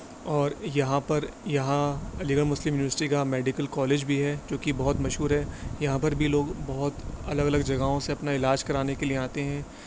اور یہاں پر یہاں علی گڑھ مسلم یونیورسٹی کا میڈیکل کالج بھی ہے جو کہ بہت مشہور ہے یہاں پر بھی لوگ بہت الگ الگ جگہوں سے اپنا علاج کرانے کے لیے آتے ہیں